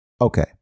Okay